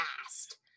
fast